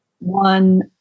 one